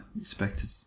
expected